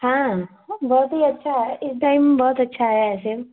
हाँ बहुत ही अच्छा है इस टाइम बहुत अच्छा आया है सेब